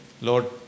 Lord